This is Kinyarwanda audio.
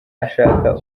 ashaka